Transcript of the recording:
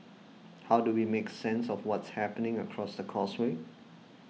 how do we make sense of what's happening across the causeway